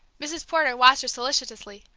mrs. porter watched her solicitously,